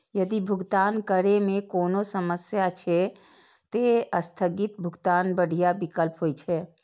यदि भुगतान करै मे कोनो समस्या छै, ते स्थगित भुगतान बढ़िया विकल्प होइ छै